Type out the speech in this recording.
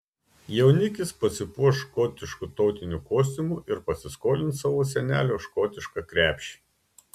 jaunikis pasipuoš škotišku tautiniu kostiumu ir pasiskolins savo senelio škotišką krepšį